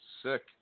Sick